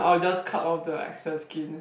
I'll just cut off the excess skin